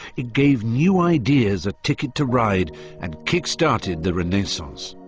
it gave new ideas a ticket to ride and kick-started the renaissance.